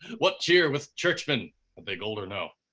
what cheer with churchmen had they gold or no?